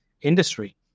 industry